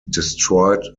destroyed